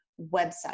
website